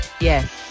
Yes